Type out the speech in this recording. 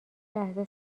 لحظه